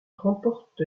remporte